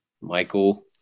Michael